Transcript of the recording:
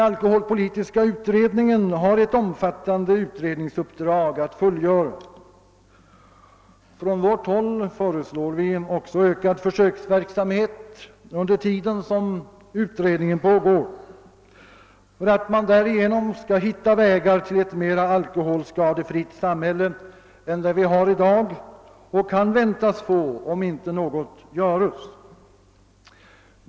Alkoholpolitiska utredningen har ctt omfattande utredningsuppdrag att fullgöra. Från vårt håll föreslår vi också en ökad försöksverksamhet under den tid då utredningen pågår för att man därigenom skall hitta vägar till ett mera alkoholskadefritt samhälle än det vi har i dag och kan väntas få om inte något göres.